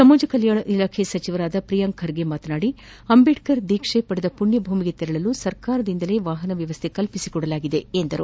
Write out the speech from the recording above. ಸಮಾಜ ಕಲ್ಕಾಣ ಇಲಾಖೆ ಸಚಿವ ಪ್ರಿಯಾಂಕ ಖರ್ಗೆ ಮಾತನಾಡಿ ಅಂಬೇಡ್ಕರ್ ದೀಕ್ಷೆ ಪಡೆದ ಮಣ್ತ ಭೂಮಿಗೆ ತೆರಳಲು ಸರ್ಕಾರದಿಂದಲೇ ವಾಹನ ವ್ಯವಸ್ಥೆ ಕಲ್ಪಿಸಿಕೊಡಲಾಗಿದೆ ಎಂದು ತಿಳಿಸಿದರು